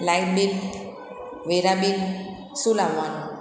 light bill વેરા bill શું લાવવાનું